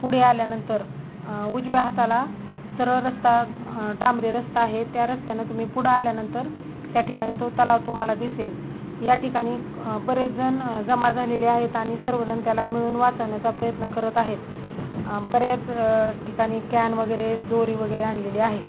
पुढे आल्यानंतर उजव्या हाताला सरळ रस्ता डाम्बरी रस्ता आहे त्या रस्त्यानं तुम्ही पुढं आल्यानंतर त्या ठिकाणी तो तलाव तुम्हाला दिसेल या ठिकाणी बरेच जण जमा झालेले आहेत आणि सर्वजण त्याला मिळून वाचवण्याचा प्रयत्न करत आहेत बऱ्याच ठिकाणी कॅन वगैरे दोरी वगैरे आणलेली आहे